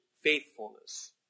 faithfulness